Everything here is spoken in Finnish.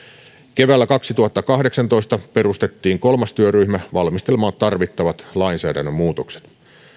keväällä kaksituhattakahdeksantoista perustettiin kolmas työryhmä valmistelemaan tarvittavat lainsäädännön muutokset